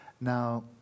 Now